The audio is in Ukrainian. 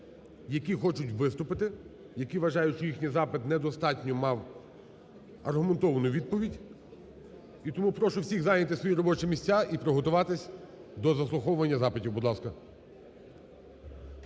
які хочуть виступити, які вважають, що їхній запит недостатньо мав аргументовану відповідь. І тому прошу всіх зайняти свої робочі місця і приготуватись до заслуховування запитів, будь ласка.